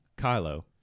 Kylo